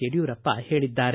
ಯಡಿಯೂರಪ್ಪ ಹೇಳಿದ್ದಾರೆ